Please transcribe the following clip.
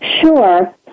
Sure